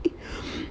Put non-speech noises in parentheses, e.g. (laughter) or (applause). (breath)